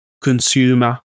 consumer